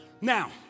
Now